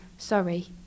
sorry